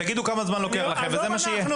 תגידו כמה זמן לוקח לכם וזה מה שיהיה.